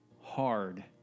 hard